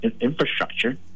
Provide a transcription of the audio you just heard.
infrastructure